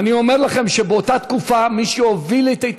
אני אומר לכם שבאותה תקופה מי שהובילו אתי את